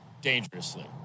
dangerously